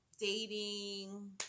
dating